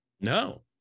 no